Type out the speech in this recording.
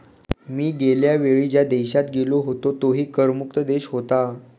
मी गेल्या वेळी ज्या देशात गेलो होतो तोही कर मुक्त देश होता